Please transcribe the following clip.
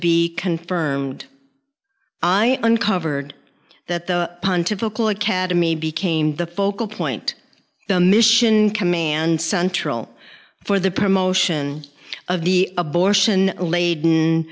be confirmed i uncovers that the pontifical academy became the focal point the mission command central for the promotion of the abortion laden